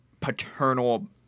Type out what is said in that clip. paternal